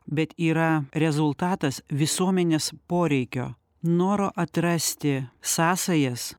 bet yra rezultatas visuomenės poreikio noro atrasti sąsajas